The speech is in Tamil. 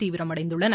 தீவிரமடைந்துள்ளன